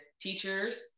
teachers